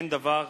אין דבר